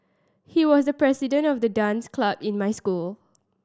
he was the president of the dance club in my school